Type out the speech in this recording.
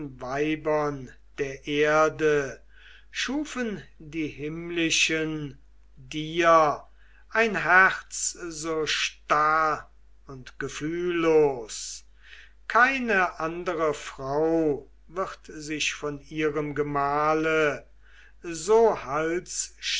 weibern der erde schufen die himmlischen dir ein herz so starr und gefühllos keine andere frau wird sich von ihrem gemahle so